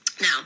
Now